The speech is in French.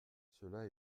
cela